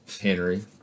Henry